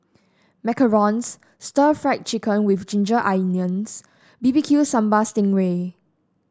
macarons Stir Fried Chicken with Ginger Onions B B Q Sambal Sting Ray